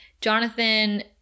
Jonathan